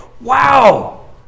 Wow